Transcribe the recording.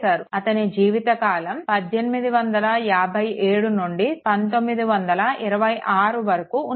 అతని జీవిత కాలం 1857 నుండి 1926 వరకు ఉన్నింది